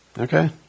Okay